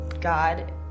God